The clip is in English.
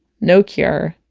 no cure.